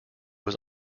was